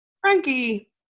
Frankie